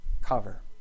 cover